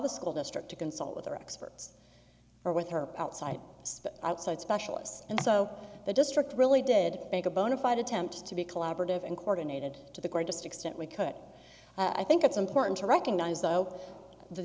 the school district to consult with their experts or with her outside but outside specialists and so the district really did make a bona fide attempt to be collaborative and coordinated to the greatest extent we could i think it's important to recognize though the